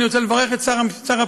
אני רוצה לברך את שר הפנים,